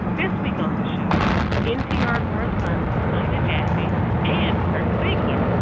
this week on the show npr correspondents ina jaffe and kirk siegler.